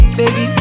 baby